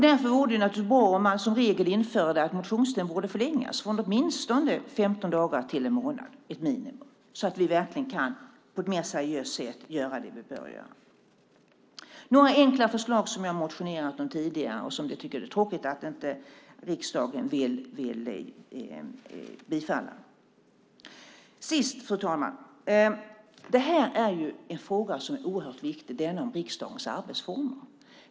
Därför vore det naturligtvis bra om man som regel införde att motionstiden förlängs från 15 dagar till en månad - ett minimum - så att vi verkligen på ett mer seriöst sätt kan göra det vi bör göra. Detta är några enkla förslag som jag har motionerat om tidigare och som jag tycker att det är tråkigt att riksdagen inte vill bifalla. Fru talman! Det här är en fråga som är oerhört viktig - frågan om riksdagens arbetsformer.